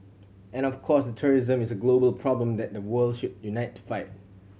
and of course terrorism is a global problem that the world should unite fight